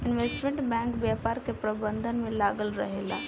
investment bank व्यापार के प्रबंधन में लागल रहेला